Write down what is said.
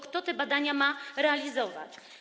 Kto te badania ma realizować?